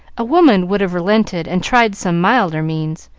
a woman would have relented and tried some milder means,